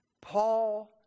Paul